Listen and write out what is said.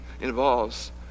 involves